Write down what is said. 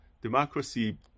democracy